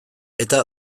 eta